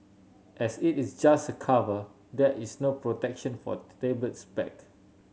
as it is just a cover there is no protection for the tablet's back